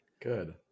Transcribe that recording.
Good